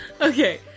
Okay